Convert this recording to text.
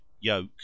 yoke